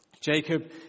Jacob